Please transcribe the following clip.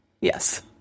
Yes